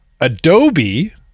Adobe